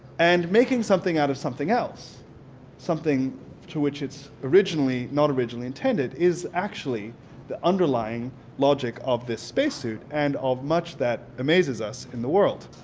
and making something out of something else something to which it's originally not originally intended is actually the underlying logic of this spacesuit and of much that amazes us in the world.